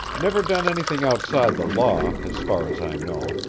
never done anything outside the law, as far as i know,